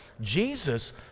Jesus